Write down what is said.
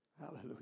Hallelujah